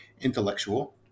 intellectual